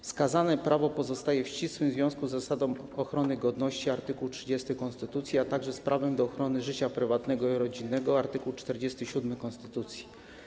Wskazane prawo pozostaje w ścisłym związku z zasadą ochrony godności, art. 30 konstytucji, a także z prawem do ochrony życia prywatnego i rodzinnego, art. 47 konstytucji.